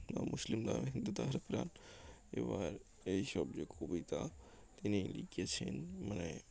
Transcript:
বা মুসলিম তার হিন্দু তাহার প্রাণ এবার এইসব যে কবিতা তিনি লিখেছেন মানে